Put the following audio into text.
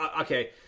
okay